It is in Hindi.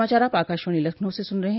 यह समाचार आप आकाशवाणी लखनऊ से सुन रहे हैं